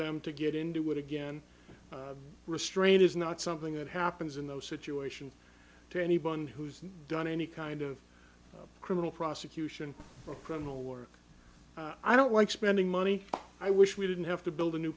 them to get into what again restraint is not something that happens in those situations to anybody who's done any kind of criminal prosecution or criminal work i don't like spending money i wish we didn't have to build a new